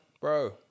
Bro